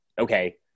Okay